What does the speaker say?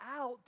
out